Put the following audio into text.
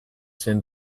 zen